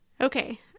okay